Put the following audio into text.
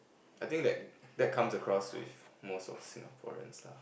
I think that that comes across with most of Singaporeans lah